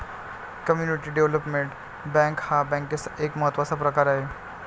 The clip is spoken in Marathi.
कम्युनिटी डेव्हलपमेंट बँक हा बँकेचा एक महत्त्वाचा प्रकार आहे